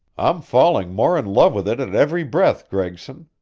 i'm falling more in love with it at every breath, gregson.